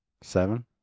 Seven